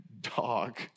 dog